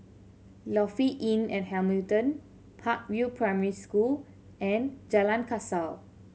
Lofi Inn at Hamilton Park View Primary School and Jalan Kasau